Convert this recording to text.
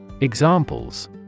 Examples